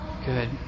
Good